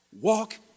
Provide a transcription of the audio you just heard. Walk